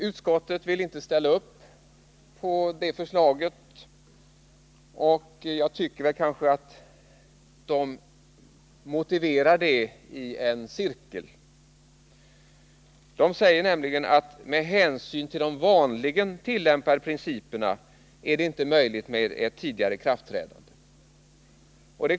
Utskottet vill inte ställa upp på det förslaget, men jag tycker nog att motiveringen för det går i en cirkel. Utskottet säger nämligen att med hänsyn till de vanligen tillämpade principerna är det inte möjligt med ett tidigare ikraftträdande.